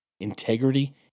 integrity